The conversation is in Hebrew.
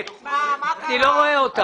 נחמיה קינד לא בא?